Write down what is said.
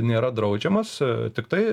nėra draudžiamas tiktai